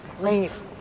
leave